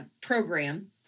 program